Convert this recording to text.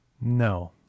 No